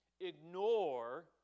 ignore